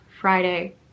Friday